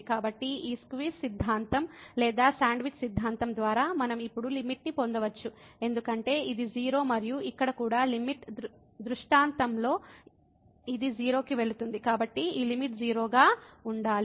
కాబట్టి ఈ స్క్వీజ్ సిద్ధాంతం లేదా శాండ్విచ్ సిద్ధాంతం ద్వారా మనం ఇప్పుడు లిమిట్ ని పొందవచ్చు ఎందుకంటే ఇది 0 మరియు ఇక్కడ కూడా లిమిట్ దృష్టాంతంలో ఇది 0 కి వెళుతుంది కాబట్టి ఈ లిమిట్ 0 గా ఉండాలి